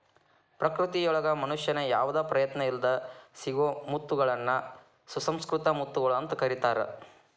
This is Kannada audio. ಪ್ರಕೃತಿಯೊಳಗ ಮನುಷ್ಯನ ಯಾವದ ಪ್ರಯತ್ನ ಇಲ್ಲದ್ ಸಿಗೋ ಮುತ್ತಗಳನ್ನ ಸುಸಂಕೃತ ಮುತ್ತುಗಳು ಅಂತ ಕರೇತಾರ